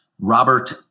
Robert